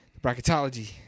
bracketology